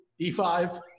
E5